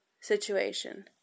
situation